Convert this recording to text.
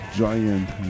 giant